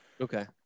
okay